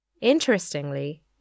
Interestingly